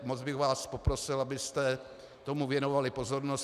Moc bych vás poprosil, abyste tomu věnovali pozornost.